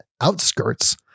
outskirts